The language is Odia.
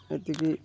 ଏତିକି